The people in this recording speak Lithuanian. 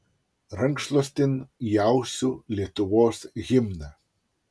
rankšluostin įausiu lietuvos himną